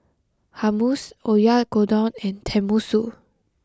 Hummus Oyakodon and Tenmusu